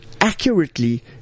accurately